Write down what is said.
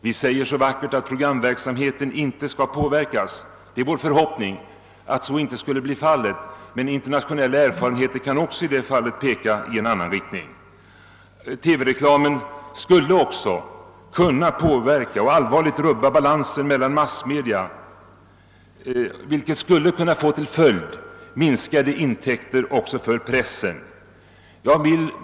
Det heter så vackert att programverksamheten inte skall påverkas. Det är vår förhoppning att så inte skulle bli fallet, men internationella erfarenheter pekar även i detta fall i en annan riktning. TV-reklamen skulle också kunna påverka och allvarligt rubba balansen mellan massmedia, vilket skulle kunna få till följd minskade intäkter också för pressen.